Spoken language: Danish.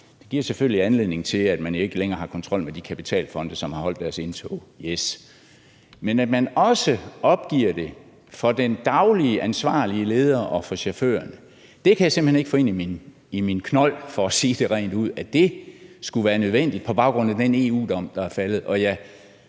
det giver selvfølgelig anledning til, at man ikke længere har kontrol med de kapitalfonde, som har holdt deres indtog, yes, men at man også ophæver det for den daglige ansvarlige leder og for chaufføren, kan jeg simpelt hen ikke få ind i min knold, for at sige det rent ud, skulle være nødvendigt på baggrund af den EU-dom, der er faldet.